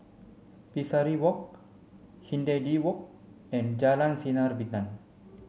Pesari Walk Hindhede Walk and Jalan Sinar Bintang